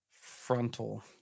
Frontal